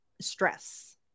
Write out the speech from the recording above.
stress